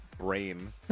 Brain